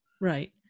Right